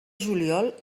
juliol